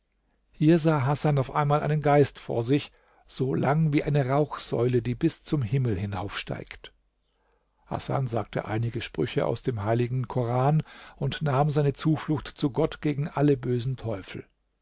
hier sah hasan auf einmal einen geist vor sich so lang wie eine rauchsäule die bis zum himmel hinaufsteigt hasan sagte einige sprüche aus dem heiligen koran und nahm seine zuflucht zu gott gegen alle bösen teufel